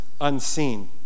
unseen